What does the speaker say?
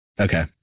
Okay